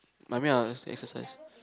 I mean I will exercise